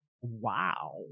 Wow